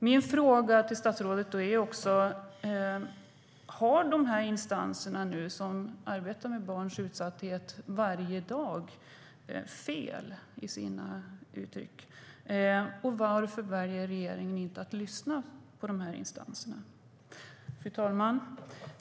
Min frågor till statsrådet är: Har dessa instanser, som arbetar med barns utsatthet varje dag, fel i det de uttrycker? Varför väljer regeringen att inte lyssna på instanserna? Fru talman!